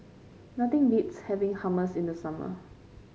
nothing beats having Hummus in the summer